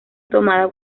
tomada